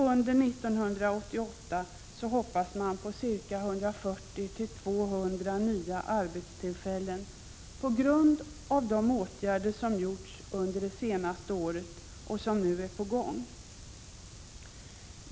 Under 1988 hoppas man på ca 140-200 nya arbetstillfällen på grund av de åtgärder som genomförts under det senaste året och som nu är på gång.